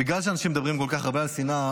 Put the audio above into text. בגלל שאנשים מדברים כל כך הרבה על שנאה,